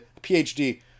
PhD